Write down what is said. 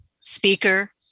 speaker